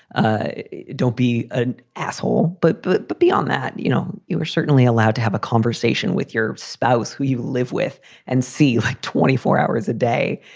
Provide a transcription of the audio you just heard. ah don't be an asshole, but but but be on that. you know, you were certainly allowed to have a conversation with your spouse, who you live with and see like twenty four hours a day.